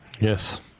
Yes